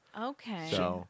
Okay